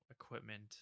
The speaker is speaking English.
equipment